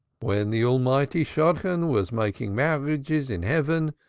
when the almighty shadchan was making marriages in heaven,